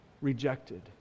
rejected